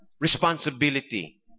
responsibility